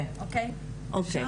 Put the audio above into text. אוקיי, כי אם